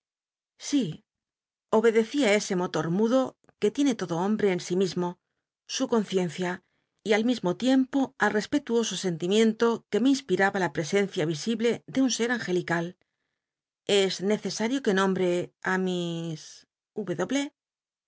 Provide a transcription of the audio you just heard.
sí obedeci ü ese motot mudo que tiene todo homlll'c en mismo su conciencia y al mismo tiempo al l'espetuoso sentimiento que me inspiraba la ptcsencia visible de un ser angelical es necesal'io que nombre á miss